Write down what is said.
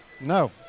No